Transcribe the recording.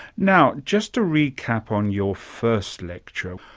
now, just a recap on your first lecture.